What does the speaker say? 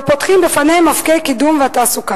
ופותחים בפניהם אופקי קידום ותעסוקה.